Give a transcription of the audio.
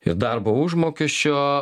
ir darbo užmokesčio